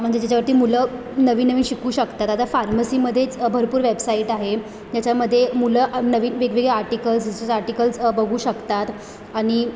म्हणजे ज्याच्यावरती मुलं नवीन नवीन शिकू शकतात आता फार्मसीमध्येच भरपूर वेबसाईट आहे ज्याच्यामध्ये मुलं नवीन वेगवेगळे आर्टिकल्स आर्टिकल्स बघू शकतात आणि